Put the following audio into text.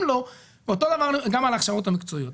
לו אותו דבר גם על ההכשרות המקצועיות.